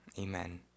amen